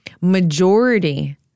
majority